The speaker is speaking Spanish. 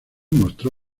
mostró